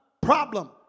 problem